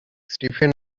stephen